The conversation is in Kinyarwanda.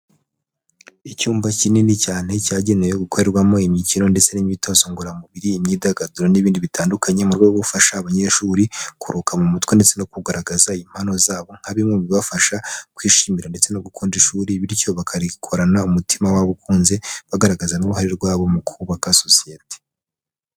Icyumba kinini cyane cyagenewe gukorerwamo imikino ndetse n'imyitozo ngororamubiri imyidagaduro n'ibindi bitandukanye mu rwego rwo gufasha abanyeshuri kuruka mu mutwe ndetse no kugaragaza impano zabo, nka bimwe mu bibafasha kwishimira ndetse no gukunda ishuri bityo bakarikorana umutima wabo ukunze, bagaragaza uruhare rwabo mu kubaka sosiyete.